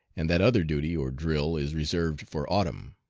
and that other duty or drill is reserved for autumn.